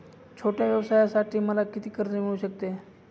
छोट्या व्यवसायासाठी मला किती कर्ज मिळू शकते?